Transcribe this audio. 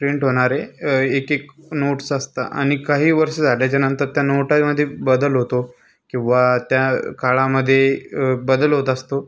print होणारे एक एक नोट्स असतात आणि काही वर्ष झाल्याच्यानंतर त्या नोटामध्ये बदल होतो किंवा त्या काळामध्ये बदल होत असतो